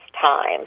time